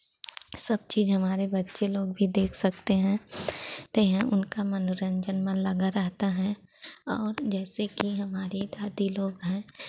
सब चीज़ हमारे बच्चे लोग भी देख सकते हैं ते हैं उनका मनोरंजन मन लगा रहता है और जैसे कि हमारी दादी लोग हैं